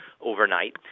overnight